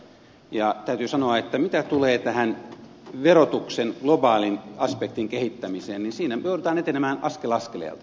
ja täytyy sanoa että mitä tulee tähän verotuksen globaalin aspektin kehittämiseen niin siinä me joudumme etenemään askel askeleelta